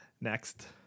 Next